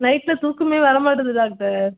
நைட்டில் தூக்கமே வரமாட்டுது டாக்டர்